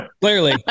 Clearly